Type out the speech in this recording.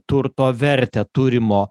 turto vertę turimo